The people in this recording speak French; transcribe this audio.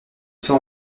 sont